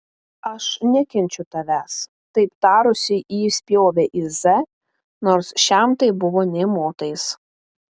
aš nekenčiu tavęs taip tarusi ji spjovė į z nors šiam tai buvo nė motais